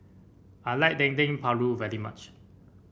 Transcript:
I like Dendeng Paru very much